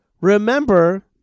remember